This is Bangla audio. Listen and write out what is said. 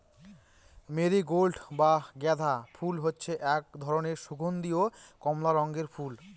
মেরিগোল্ড বা গাঁদা ফুল হচ্ছে এক ধরনের সুগন্ধীয় কমলা রঙের ফুল